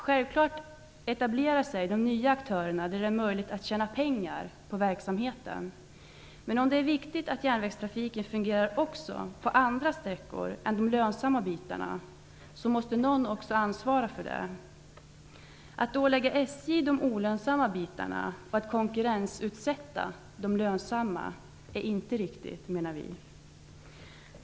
Självfallet etablerar sig de nya aktörerna där det är möjligt att tjäna pengar på verksamheten, men det är också viktigt att järnvägstrafiken fungerar på andra sträckor än de lönsamma bandelarna, och någon måste ansvara för detta. Att ålägga SJ driften av de olönsamma delarna och konkurrensutsätta de lönsamma menar vi inte vara riktigt.